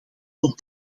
nog